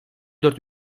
dört